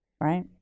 right